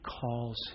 calls